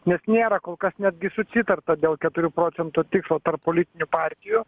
nes nėra kol kas netgi susitarta dėl keturių procentų tikslo tarp politinių partijų